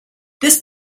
this